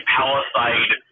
Palisade